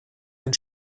den